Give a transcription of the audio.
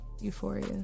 Euphoria